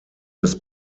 des